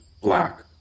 black